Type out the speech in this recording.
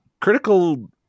critical